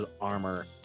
armor